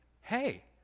hey